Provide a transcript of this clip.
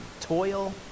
toil